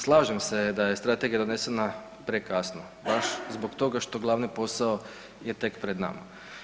Slažem se da je strategija donesena prekasno baš zbog toga što glavni posao je tek pred nama.